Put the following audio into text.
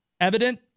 Evident